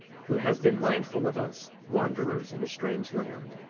who has been mindful of us, wanderers in a strange land.